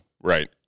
Right